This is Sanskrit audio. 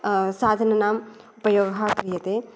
साधनानाम् उपयोग क्रियते